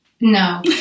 no